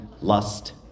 lust